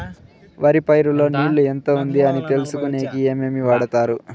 వరి పైరు లో నీళ్లు ఎంత ఉంది అని తెలుసుకునేకి ఏమేమి వాడతారు?